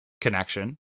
connection